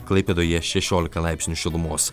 klaipėdoje šešiolika laipsnių šilumos